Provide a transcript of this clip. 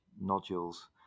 nodules